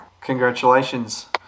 congratulations